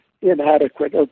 inadequate